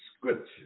Scripture